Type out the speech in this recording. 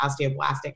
osteoblastic